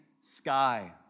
sky